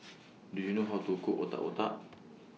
Do YOU know How to Cook Otak Otak